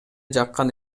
жаккан